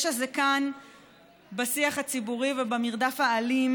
יש"ע זה כאן בשיח הציבורי ובמרדף האלים